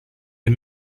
est